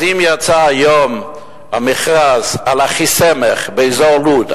אז אם יצא היום המכרז על אחיסמך באזור לוד,